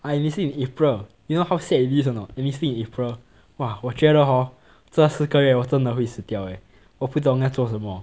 I enlisting in april you know sad it is or not enlisting in april 哇我觉得 hor 这四个月 hor 真的会死掉诶我不懂要做什么